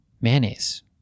mayonnaise